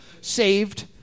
saved